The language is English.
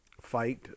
fight